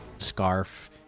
scarf